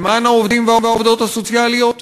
למען העובדים והעובדות הסוציאליות,